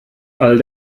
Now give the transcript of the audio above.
all